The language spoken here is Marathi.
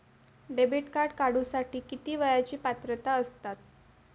डेबिट कार्ड काढूसाठी किती वयाची पात्रता असतात?